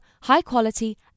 high-quality